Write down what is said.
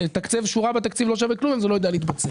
לתקצב שורה בתקציב לא שווה כלום אם זה לא יודע להתבצע.